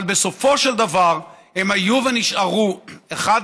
אבל בסופו של דבר הם היו ונשארו אחד,